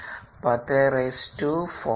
75 x 104 ആണ്